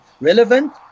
Relevant